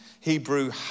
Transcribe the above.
Hebrew